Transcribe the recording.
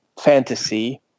fantasy